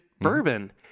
bourbon